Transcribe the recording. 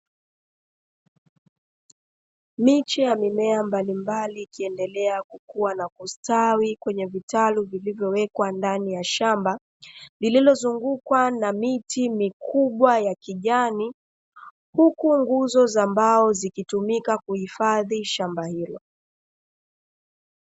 Miche ya mimea mbalimbali ikiendelea kukua na kustawi kwenye vitalu vilivyowekwa ndani ya shamba, lililozungukwa na miti mikubwa ya kijani; huku nguzo za mbao zikitumika kuhifadhi shamba hilo.